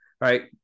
right